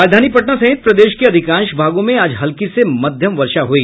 राजधानी पटना सहित प्रदेश के अधिकांश भागों में आज हल्की से मध्यम वर्षा हुई